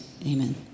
Amen